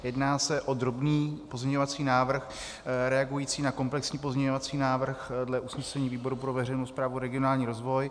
Jedná se o drobný pozměňovací návrh reagující na komplexní pozměňovací návrh dle usnesení výboru pro veřejnou správu a regionální rozvoj.